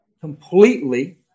completely